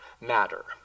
matter